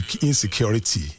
insecurity